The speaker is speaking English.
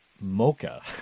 Mocha